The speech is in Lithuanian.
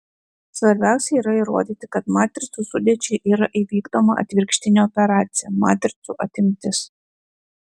svarbiausia yra įrodyti kad matricų sudėčiai yra įvykdoma atvirkštinė operacija matricų atimtis